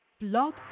Blog